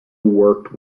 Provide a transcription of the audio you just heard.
worked